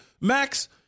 Max